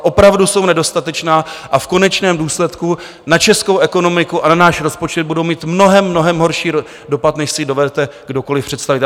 Opravdu jsou nedostatečná a v konečném důsledku na českou ekonomiku a na náš rozpočet budou mít mnohem, mnohem horší dopad, než si dovedete kdokoli představit.